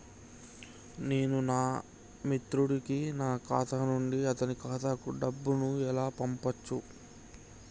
నేను నా మిత్రుడి కి నా ఖాతా నుండి అతని ఖాతా కు డబ్బు ను ఎలా పంపచ్చు?